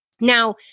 now